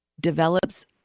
develops